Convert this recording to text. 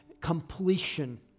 completion